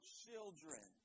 children